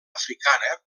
africana